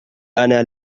أنا